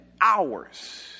hours